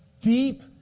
deep